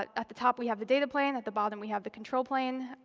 at at the top, we have the data plane. at the bottom, we have the control plane.